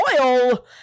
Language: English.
oil